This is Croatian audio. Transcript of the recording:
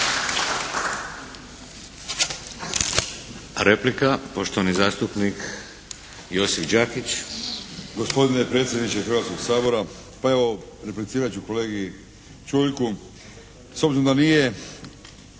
Replika poštovani zastupnik Josip Đakić.